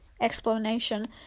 explanation